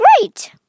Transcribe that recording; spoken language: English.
Great